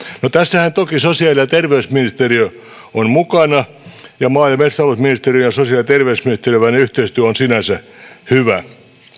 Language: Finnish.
no tässähän toki sosiaali ja terveysministeriö on mukana ja maa ja metsätalousministeriön ja sosiaali ja terveysministeriön yhteistyö on sinänsä hyvä